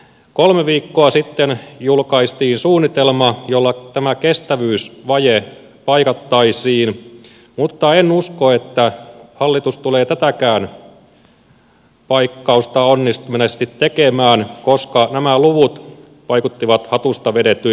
kolme viikkoa sitten julkaistiin suunnitelma jolla tämä kestävyysvaje paikattaisiin mutta en usko että hallitus tulee tätäkään paikkausta onnistuneesti tekemään koska nämä luvut vaikuttivat hatusta vedetyiltä